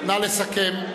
נא לסכם.